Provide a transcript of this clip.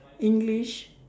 english